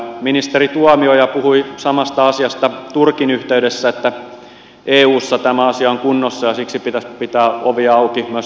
ministeri tuomioja puhui samasta asiasta turkin yhteydessä että eussa tämä asia on kunnossa ja siksi pitäisi pitää ovia auki myös turkin suuntaan